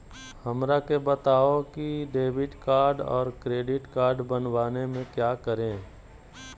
हमरा के बताओ की डेबिट कार्ड और क्रेडिट कार्ड बनवाने में क्या करें?